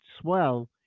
swell